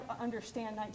understand